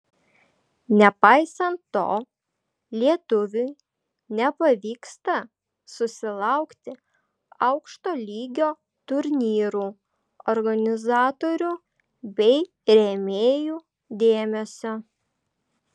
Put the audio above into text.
nepaisant to lietuviui nepavyksta susilaukti aukšto lygio turnyrų organizatorių bei rėmėjų dėmesio